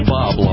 Bob